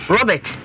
Robert